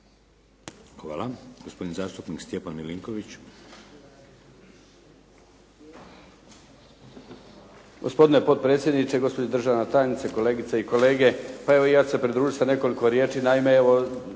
Hvala. Gospodin zastupnik Stjepan Milinković.